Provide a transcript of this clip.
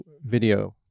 video